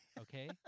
Okay